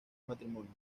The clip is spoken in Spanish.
matrimonio